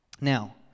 Now